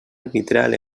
arbitral